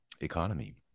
economy